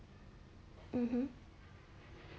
mmhmm